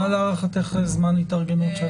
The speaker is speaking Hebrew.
מה להערכתך זמן ההתארגנות שאת צריכה?